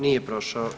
Nije prošao.